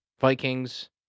Vikings